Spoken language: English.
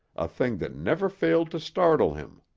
a thing that never failed to startle him.